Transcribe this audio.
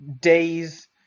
days